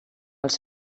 pels